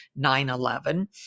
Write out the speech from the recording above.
9-11